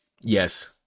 Yes